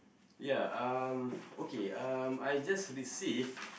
ya um okay um I just received